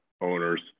owners